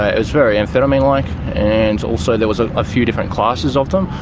ah it was very amphetamine-like and also there was a ah few different classes of them.